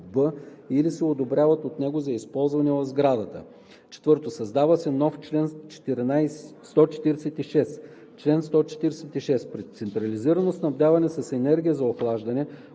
или се одобряват от него за използване в сградата.“ 4. Създава се нов чл. 146: „Чл. 146. При централизирано снабдяване с енергия за охлаждане